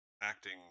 acting